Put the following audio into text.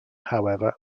however